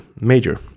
major